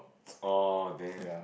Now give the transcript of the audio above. oh damn